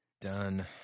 Done